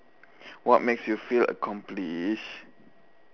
what makes you feel accomplished